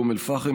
באום אל-פחם,